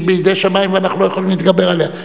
בידי שמים ואנחנו לא יכולים להתגבר עליה.